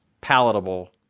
palatable